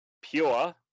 Pure